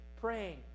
praying